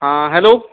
हां हॅलो